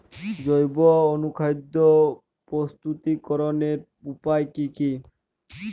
জৈব অনুখাদ্য প্রস্তুতিকরনের উপায় কী কী?